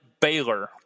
Baylor